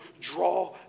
draw